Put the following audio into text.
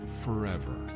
forever